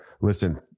Listen